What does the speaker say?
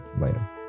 Later